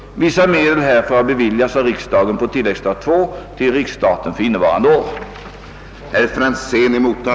Vissa medel härför har beviljats "av riksdagen på tilläggsstat II till riks "staten för innevarande år.